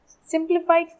simplified